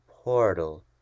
Portal